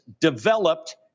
developed